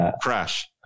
crash